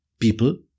people